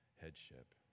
headship